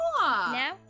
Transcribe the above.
Now